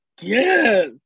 Yes